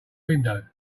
window